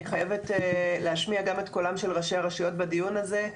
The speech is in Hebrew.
אני חייבת להשמיע גם את קולם של ראשי הרשויות בדיון הזה,